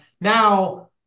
Now